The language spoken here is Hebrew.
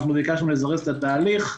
אנחנו ביקשנו לזרז את התהליך.